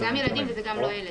זה גם ילדים וגם מבוגרים.